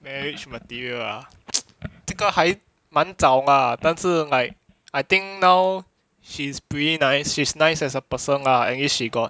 marriage material ah 这个还蛮早 lah 但是 like I think now she is pretty nice she's nice as a person lah at least she got